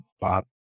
bob